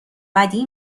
بدی